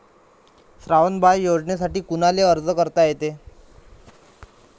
श्रावण बाळ योजनेसाठी कुनाले अर्ज करता येते?